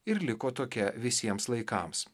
ir liko tokia visiems laikams